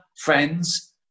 friends